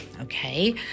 okay